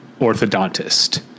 orthodontist